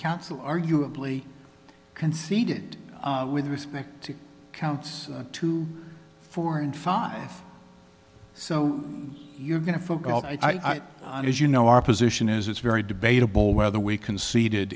counsel arguably conceded with respect to counts two four and five so you're going to focus on i as you know our position is it's very debatable whether we conceded